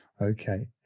okay